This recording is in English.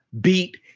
beat